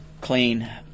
clean